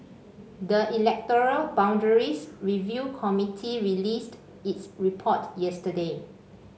the electoral boundaries review committee released its report yesterday